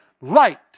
Light